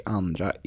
andra